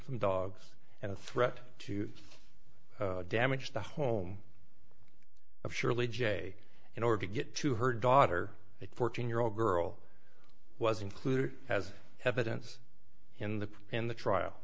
from dogs and a threat to damage the home of surely j in order to get to her daughter a fourteen year old girl was included as evidence in the in the trial